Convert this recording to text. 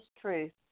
truth